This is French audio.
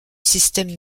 système